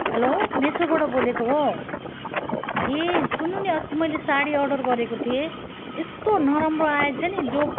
hello मिसोबाट बोलेको हो ए सुन्नु नि अस्ति मैले साडी अर्डर गरेको थिएँ यस्तो नराम्रो आएछ नि जो